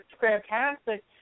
fantastic